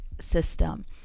system